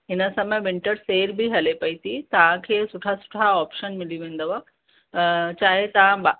हिन समय winter sale बि हले पई थी तव्हांखे सुठा सुठा ऑप्शन मिली वेंदव चाहे तव्हां ॿा